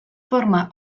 forma